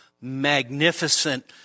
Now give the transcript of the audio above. magnificent